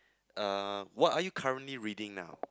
uh what are you currently reading now